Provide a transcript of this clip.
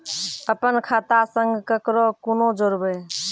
अपन खाता संग ककरो कूना जोडवै?